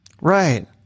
Right